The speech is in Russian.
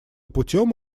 путем